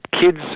kids